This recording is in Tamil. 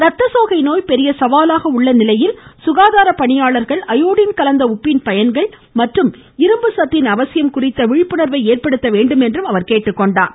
ரத்தசோகை நோய் பெரிய சவாலாக உள்ள நிலையில் சுகாதார பணியாளர்கள் அயோடின் கலந்த உப்பின் பயன்கள் மற்றும் இரும்பு சத்தின் அவசியம் குறித்து விழிப்புணர்வு ஏற்படுத்த வேண்டும் என்று கேட்டுக்கொண்டார்